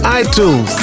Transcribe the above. iTunes